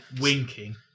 winking